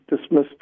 dismissed